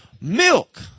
Milk